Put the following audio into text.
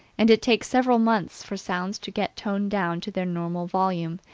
and it takes several months for sounds to get toned down to their normal volume,